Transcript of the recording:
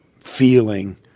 feeling